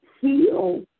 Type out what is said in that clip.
heal